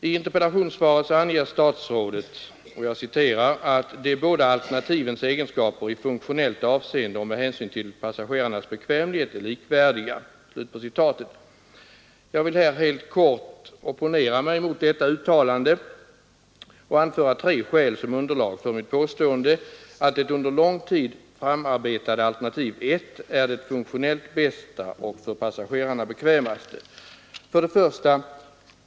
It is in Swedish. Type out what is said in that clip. I interpellationssvaret anger statsrådet att ”de båda alternativens egenskaper i funktionellt avseende och med hänsyn till passagerarnas bekvämlighet” är likvärdiga. Jag vill här helt kort opponera mot detta uttalande och anföra tre skäl som underlag för mitt påstående att det under lång tid framarbetade alternativ 1 är det funktionellt bästa och för passagerarna bekvämaste. 1.